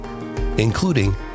including